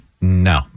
no